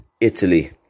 Italy